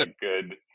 good